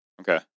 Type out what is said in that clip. Okay